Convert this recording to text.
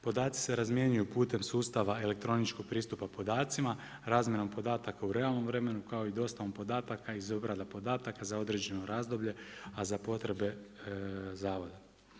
Podaci se razmjenjuju putem sustava elektroničkog pristupa podacima, razmjenom podataka u realnom vremenu kao i dostavom podataka, obrada podataka za određeno razdoblje a za potrebe zavoda.